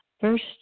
First